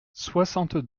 soixante